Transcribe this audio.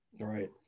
Right